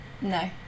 No